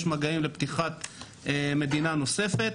יש מגעים לפתיחת מדינה נוספת,